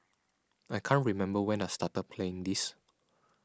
I can't remember when I started playing this